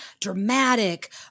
dramatic